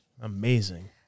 Amazing